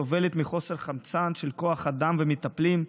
שסובלת מחוסר חמצן של כוח אדם ומטפלים,